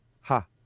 ha